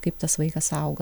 kaip tas vaikas auga